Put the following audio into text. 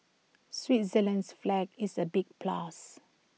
Switzerland's flag is A big plus